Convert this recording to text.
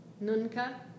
nunca